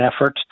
effort